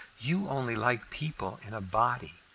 you only like people in a body,